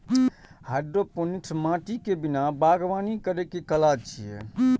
hydroponics माटि के बिना बागवानी करै के कला छियै